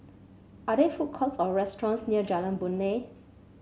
are there food courts or restaurants near Jalan Boon Lay